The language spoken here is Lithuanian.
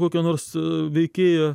kokio nors veikėjo